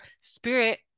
spirit